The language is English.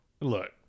Look